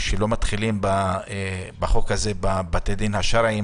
שלא מתחילים בחוק הזה בבתי הדין השרעיים